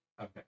Okay